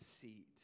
seat